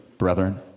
brethren